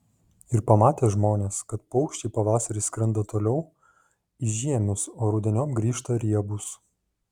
ir pamatė žmonės kad paukščiai pavasarį skrenda toliau į žiemius o rudeniop grįžta riebūs